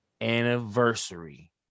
anniversary